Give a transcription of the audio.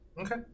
Okay